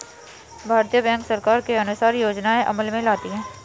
भारतीय बैंक सरकार के अनुसार योजनाएं अमल में लाती है